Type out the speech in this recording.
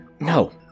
No